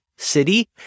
city